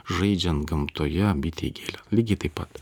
žaidžiant gamtoje bitė įgėlė lygiai taip pat